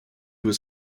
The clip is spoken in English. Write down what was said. was